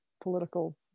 political